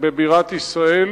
שבבירת ישראל